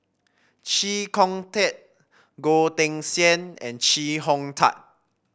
Chee Kong Tet Goh Teck Sian and Chee Hong Tat